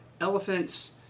elephants